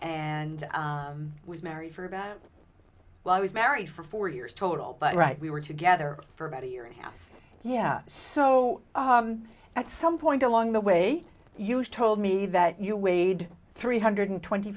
and was married for about well i was married for four years total but we were together for about a year and a half yeah so at some point along the way you told me that you weighed three hundred twenty